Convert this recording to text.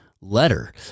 letter